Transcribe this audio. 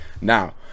now